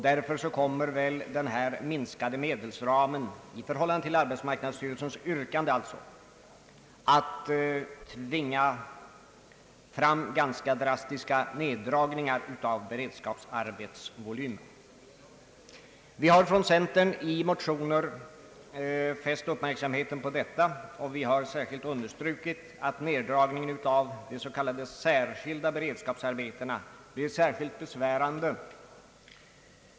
Därför kommer väl den i förhållande till arbetsmarknadsstyrelsens yrkande minskade medelsramen att tvinga fram ganska drastiska neddragningar av beredskapsarbetsvolymen. Vi har från centern i motioner fäst uppmärksamheten på detta. Vi har särskilt understrukit att neddragningen av de s.k. särskilda beredskapsarbetena blir speciellt besvärande.